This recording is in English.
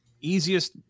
easiest